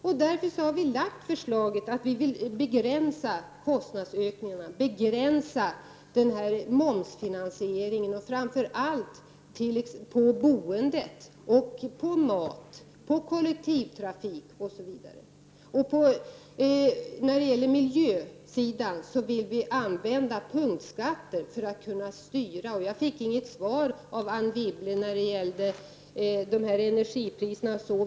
Vi i centerpartiet har därför lagt fram ett förslag om att begränsa kostnadsökningarna och begränsa momsfinansieringen, och framför allt vill vi begränsa momsfinansieringen när det gäller mat, boende, kollektivtrafik osv. När det gäller miljön vill vi i centerpartiet använda punktskatter för att kunna styra utvecklingen. Jag fick inget svar av Anne Wibble på frågan om energipriserna.